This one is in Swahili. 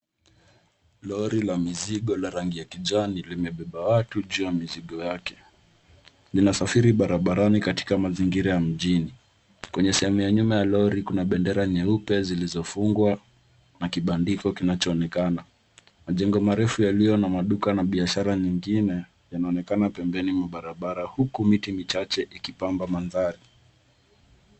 Lori la mizigo la rangi ya kijani limebeba watu juu ya mizigo yake. Linasafiri barabarani katika mazingira ya mjini. Kwenye sehemu ya nyuma ya lori kuna bendera nyeupe zilizofungwa na kibandiko kinachoonekana. Majengo marefu yaliyo na maduka na biashara nyingine yanaonekana pembeni mwa barabara huku miti michache ikipamba mandhari.